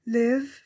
live